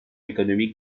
économique